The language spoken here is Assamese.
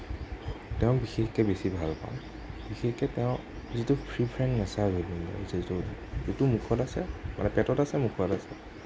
তেওঁক বিশেষকৈ বেছি ভাল পাওঁ বিশেষকে তেওঁৰ যিটো ফ্ৰি ফ্ৰেংক নেচাৰ জুবিনৰ যিটো মুখত আছে মানে পেটত আছে মুখত আছে